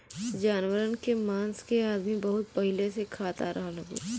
जानवरन के मांस के अदमी बहुत पहिले से खात आ रहल हउवे